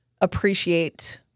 appreciate